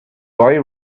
boy